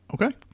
Okay